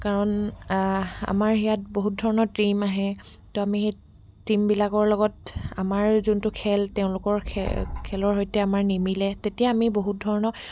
কাৰণ আমাৰ ইয়াত বহুত ধৰণৰ টিম আহে তো আমি সেই টিমবিলাকৰ লগত আমাৰ যোনটো খেল তেওঁলোকৰ খেলৰ সৈতে আমাৰ নিমিলে তেতিয়া আমি বহুত ধৰণৰ